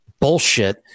bullshit